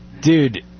dude